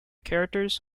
characters